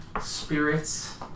spirits